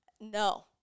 No